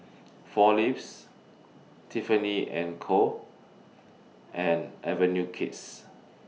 four Leaves Tiffany and Co and Avenue Kids